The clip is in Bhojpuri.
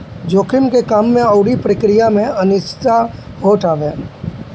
जोखिम के काम अउरी प्रक्रिया में अनिश्चितता होत हवे